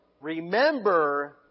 remember